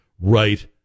right